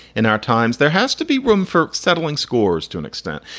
in our times, there has to be room for settling scores to an extent.